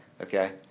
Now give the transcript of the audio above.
okay